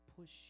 push